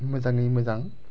मोजाङै मोजां